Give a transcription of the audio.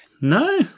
No